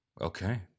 Okay